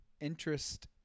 interest